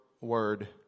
word